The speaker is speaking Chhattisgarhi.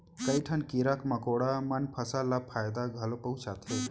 कई ठन कीरा मकोड़ा मन फसल ल फायदा घलौ पहुँचाथें